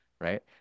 right